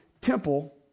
temple